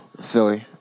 Philly